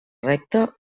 recta